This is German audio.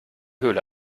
höhle